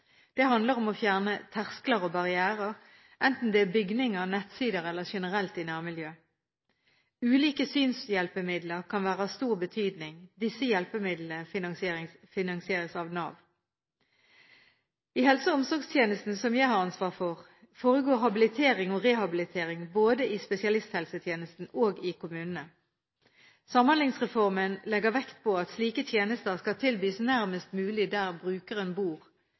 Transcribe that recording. Det handler om å fjerne terskler og barrierer, enten det er i bygninger, på nettsider eller generelt i nærmiljøet. Ulike synshjelpemidler kan være av stor betydning. Disse hjelpemidlene finansieres av Nav. I helse- og omsorgstjenesten, som jeg har ansvar for, foregår habilitering og rehabilitering både i spesialisthelsetjenesten og i kommunene. Samhandlingsreformen legger vekt på at slike tjenester skal tilbys nærmest mulig der brukeren bor